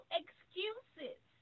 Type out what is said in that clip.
excuses